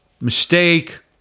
mistake